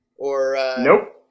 Nope